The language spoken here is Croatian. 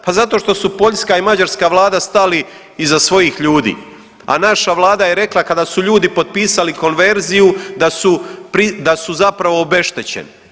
Pa zato što u Poljska i Mađarska vlada stali iza svojih ljudi, a naša vlada je rekla kada su ljudi potpisali konverziju da su, da su zapravo obeštećeni.